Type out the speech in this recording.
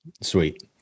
Sweet